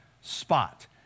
Spot